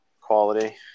quality